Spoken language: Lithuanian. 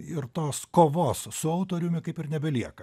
ir tos kovos su autoriumi kaip ir nebelieka